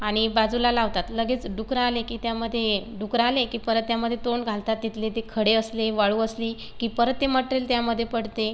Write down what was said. आणि बाजूला लावतात लगेच डुकरं आले की त्यामध्ये डुकरं आले की परत त्यामध्ये तोंड घालतात तिथले ते खडे असले वाळू असली की परत ते मटेरियल त्यामध्ये पडते